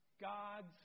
God's